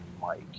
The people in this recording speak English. Mike